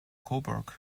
cobourg